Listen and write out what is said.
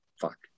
fuck